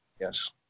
Yes